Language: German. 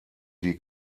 die